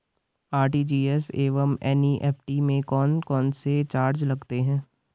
RTGS एवं NEFT में कौन कौनसे चार्ज लगते हैं?